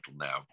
now